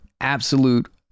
absolute